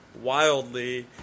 wildly